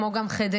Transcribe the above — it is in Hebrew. כמו גם חדרה,